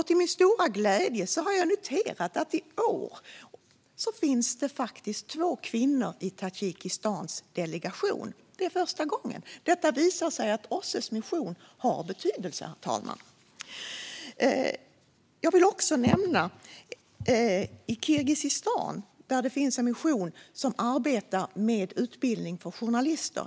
Till min stora glädje har jag noterat att i år finns det faktiskt två kvinnor i Tadzjikistans delegation. Det är första gången. Detta visar att OSSE:s mission har betydelse, herr talman. Jag vill också nämna missionen i Kirgizistan, som arbetar med utbildning av journalister.